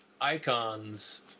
icons